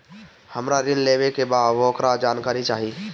हमरा ऋण लेवे के बा वोकर जानकारी चाही